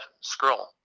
scroll